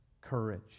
courage